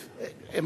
הוא לא מהנדס.